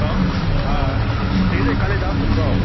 hello ꯁꯤ ꯀꯂꯤꯗꯥꯁ ꯅꯠꯇ꯭ꯔꯣ